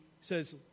says